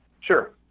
Sure